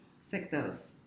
sectors